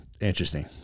interesting